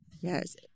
Yes